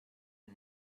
for